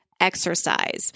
exercise